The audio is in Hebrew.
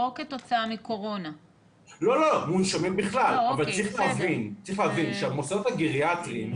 אבל צריך להבין שהמוסדות הגריאטריים,